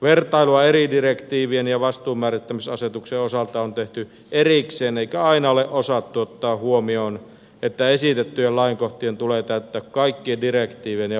vertailua eri direk tiivien ja vastuunmäärittämisasetuksen osalta on tehty erikseen eikä aina ole osattu ottaa huomioon että esitettyjen lainkohtien tulee täyttää kaikkien direktiivien ja vastuunmäärittämisasetuksen vaatimukset